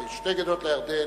בין שתי גדות לירדן,